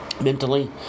Mentally